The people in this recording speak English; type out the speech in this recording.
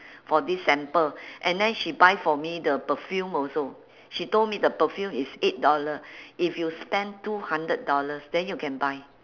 for this sample and then she buy for me the perfume also she told me the perfume is eight dollar if you spend two hundred dollars then you can buy